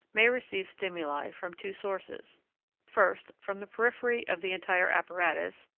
may receive stimuli from two sources first, from the periphery of the entire apparatus,